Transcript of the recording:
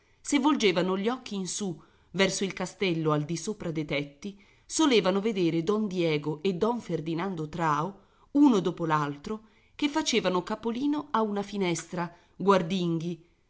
se volgevano gli occhi in su verso il castello al di sopra de tetti solevano vedere don diego e don ferdinando trao uno dopo l'altro che facevano capolino a una finestra guardinghi